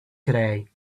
today